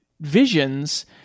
visions